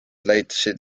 leidsid